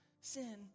sin